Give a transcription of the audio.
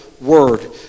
word